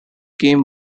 game